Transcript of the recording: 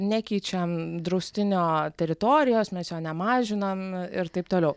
nekeičiam draustinio teritorijos mes jo nemažinam ir taip toliau